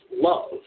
love